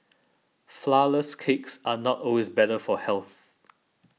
Flourless Cakes are not always better for health